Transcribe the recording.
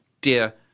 dear